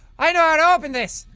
i know how to open this.